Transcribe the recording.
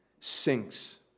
sinks